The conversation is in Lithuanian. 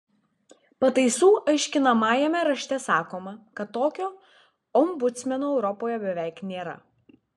pataisų aiškinamajame rašte sakoma kad tokio ombudsmeno europoje beveik nėra